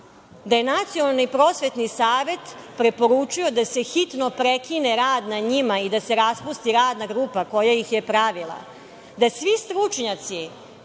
da je Nacionalni prosvetni savet preporučio da se hitno prekine rad na njima i da se raspusti radna grupa koja ih je pravila, da svi stručnjaci